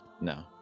No